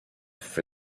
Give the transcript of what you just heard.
for